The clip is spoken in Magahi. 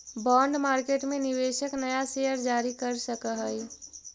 बॉन्ड मार्केट में निवेशक नया शेयर जारी कर सकऽ हई